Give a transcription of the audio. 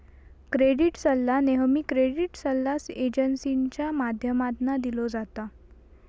credit सल्ला नेहमी credit सल्ला एजेंसींच्या माध्यमातना दिलो जाता